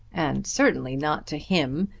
and certainly not to him,